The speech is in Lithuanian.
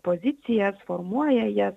pozicijas formuoja jas